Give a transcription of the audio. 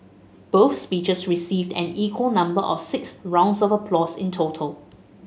both speeches received an equal number of six rounds of applause in total